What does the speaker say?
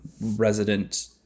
resident